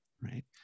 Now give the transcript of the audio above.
right